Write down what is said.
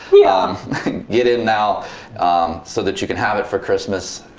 yeah get in now so that you can have it for christmas.